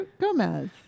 Gomez